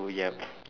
oh yup